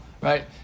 right